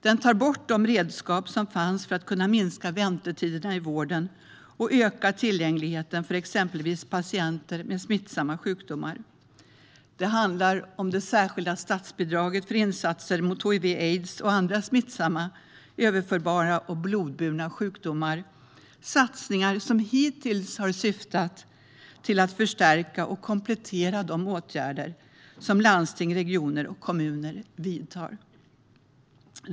Den tar bort de redskap som fanns för att minska väntetiderna i vården och öka tillgängligheten för exempelvis patienter med smittsamma sjukdomar. Det handlar om det särskilda statsbidraget för insatser mot hiv regioner och kommuner vidtar.